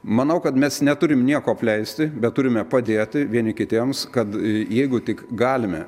manau kad mes neturim nieko apleisti bet turime padėti vieni kitiems kad jeigu tik galime